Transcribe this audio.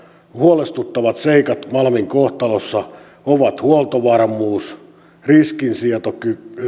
huolestuttavat seikat malmin kohtalossa ovat huoltovarmuus riskinsieto